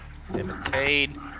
Seventeen